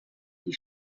die